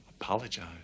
apologize